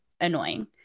annoying